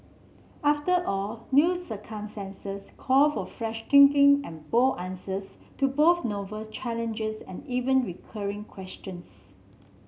after all new circumstances call for fresh thinking and bold answers to both novel challenges and even recurring questions